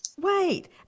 Wait